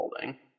building